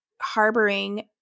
harboring